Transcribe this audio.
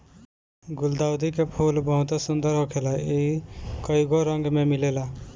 गुलदाउदी के फूल बहुते सुंदर होखेला इ कइगो रंग में मिलेला